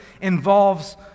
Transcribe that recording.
involves